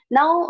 Now